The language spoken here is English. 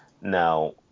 Now